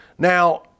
Now